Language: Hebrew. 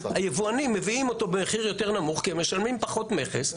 היבואנים מביאים אותו במחיר יותר נמוך כי הם משלמים פחות מכס,